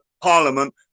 Parliament